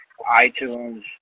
iTunes